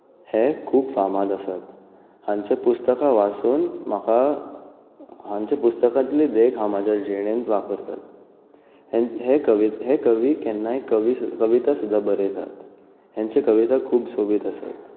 हे खूब फामाद आसात हांचे पुस्तकां वाचून म्हाका हांचे पुस्तकांतली देख हांव म्हज्या जिणेंत वापरतां हे कवी केन्ना कविता सुद्दां बरयता हांचे कविता खूब सोबीत आसा